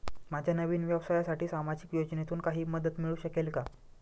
माझ्या नवीन व्यवसायासाठी सामाजिक योजनेतून काही मदत मिळू शकेल का?